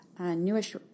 newish